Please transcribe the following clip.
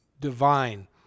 divine